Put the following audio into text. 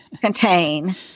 contain